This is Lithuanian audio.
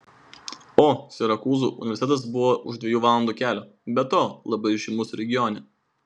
o sirakūzų universitetas buvo už dviejų valandų kelio be to labai žymus regione